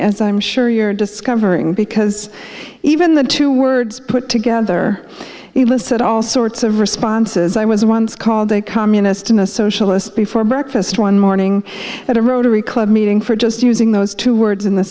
as i'm sure you're discovering because even the two words put together elicit all sorts of responses i was once called a communist and a socialist before breakfast one morning at a rotary club meeting for just using those two words in the